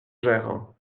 gérant